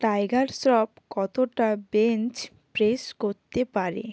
tiger Shroff কতোটা bench press করতে পারে